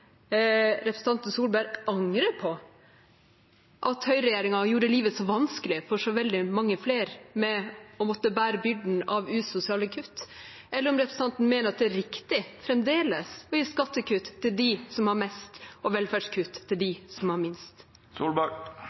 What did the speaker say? representanten Solberg angrer på at høyreregjeringen gjorde livet så vanskelig for så veldig mange flere, ved at de måtte bære byrden av usosiale kutt, eller om representanten fremdeles mener det er riktig å gi skattekutt til dem som har mest, og velferdskutt til dem som har minst.